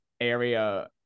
area